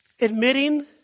Admitting